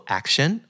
action